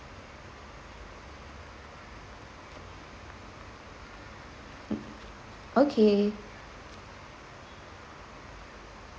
okay